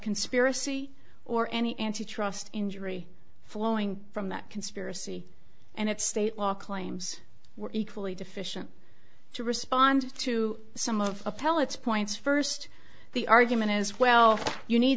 conspiracy or any antitrust injury flowing from that conspiracy and its state law claims were equally deficient to respond to some of the pellets points first the argument is well you need